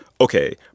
okay